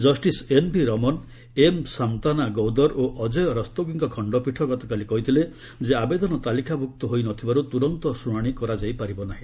justice N V Ramana M Shantanagoudar ଓ ଅଜୟ ରାସ୍ତୋଗୀଙ୍କ ଖଣ୍ଡପୀଠ ଗତକାଲି କହିଥିଲେ ଯେ ଆବେଦନ ତାଲିକାଭୁକ୍ତ ହୋଇନଥିବାରୁ ତୁରନ୍ତ ଶୁଣାଣି କରାଯାଇପାରିବନି